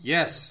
Yes